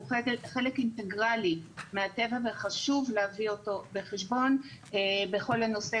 הוא חלק אינטגרלי מהטבע וחשוב להביא אותו בחשבון בכל הנושא